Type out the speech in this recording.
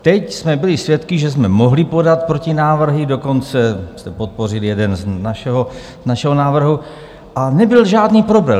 Teď jsme byli svědky, že jsme mohli podat protinávrhy, dokonce se podpořil jeden z našeho návrhu a nebyl žádný problém.